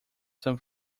san